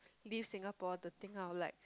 leave Singapore to think of like